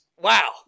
Wow